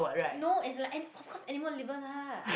no is like and of course animal liver lah